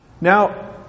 Now